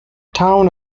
town